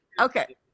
okay